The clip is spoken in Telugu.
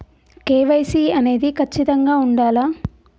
కే.వై.సీ అనేది ఖచ్చితంగా ఉండాలా?